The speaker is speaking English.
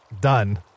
Done